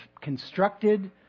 constructed